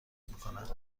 میکند